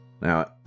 Now